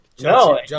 No